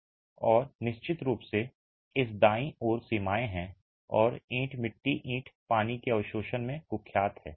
और निश्चित रूप से इस दाईं ओर सीमाएं हैं और ईंट मिट्टी ईंट पानी के अवशोषण में कुख्यात है